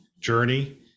journey